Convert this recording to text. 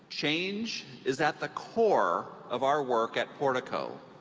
change is at the core of our work at portico.